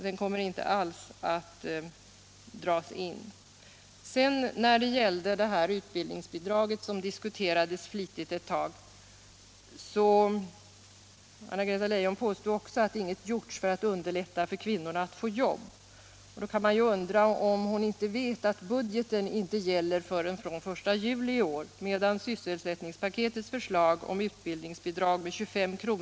Den kommer inte alls att dras in. När det gällde utbildningsbidraget, som diskuterades flitigt ett tag, påstod Anna-Greta Leijon också att inget gjorts för att underlätta för kvinnorna att få jobb. Då kan man undra om hon inte vet att budgeten inte gäller förrän från den 1 juli i år, medan sysselsättningspaketet innebär att utbildningsbidrag på 25 kr.